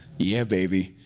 yeah, baby,